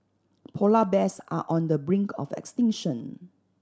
polar bears are on the brink of extinction